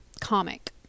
comic